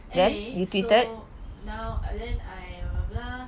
anyway so now I blah blah blah